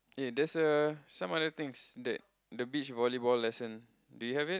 eh there's a some other things that the beach volleyball lesson do you have it